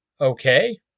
okay